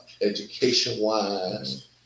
education-wise